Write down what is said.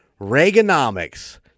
Reaganomics